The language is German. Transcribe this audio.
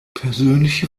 persönliche